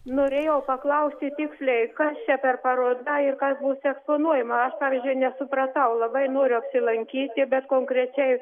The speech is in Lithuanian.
norėjau paklausti tiksliai kas čia per parodą ir kas bus eksponuojama aš pavyzdžiui nesupratau labai noriu apsilankyti bet konkrečiai